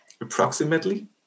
Approximately